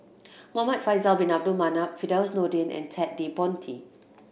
Muhamad Faisal Bin Abdul Manap Firdaus Nordin and Ted De Ponti